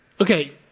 Okay